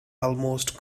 almost